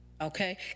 okay